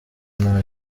nta